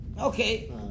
Okay